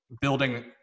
building